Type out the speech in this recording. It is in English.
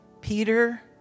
Peter